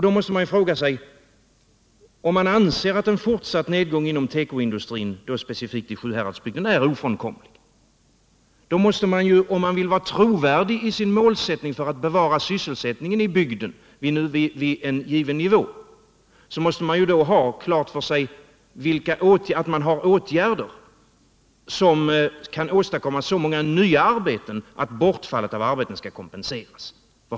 Då måste man fråga sig om han anser att en fortsatt nedgång inom tekoindustrin, då specifikt i Sjuhäradsbygden, är ofrånkomlig. Om man vill vara trovärdig i sin målsättning för att bevara sysselsättningen i bygden vid en given nivå, måste man ha åtgärder till hands, som kan åstadkomma så många nya arbeten att bortfallet av andra arbeten kompenseras.